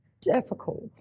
difficult